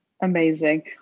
Amazing